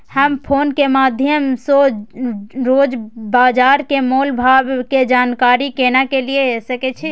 हम फोन के माध्यम सो रोज बाजार के मोल भाव के जानकारी केना लिए सके छी?